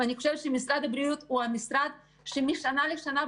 אני חושבת שמשרד הבריאות הוא המשרד שמשנה לשנה,